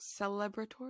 celebratory